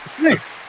Nice